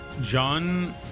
John